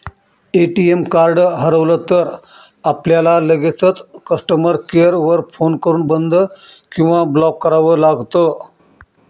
ATM card हरवलं तर, आपल्याला लगेचच कस्टमर केअर वर फोन करून बंद किंवा ब्लॉक करावं लागतं